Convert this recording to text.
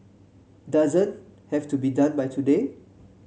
doesn't have to be done by today